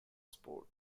sport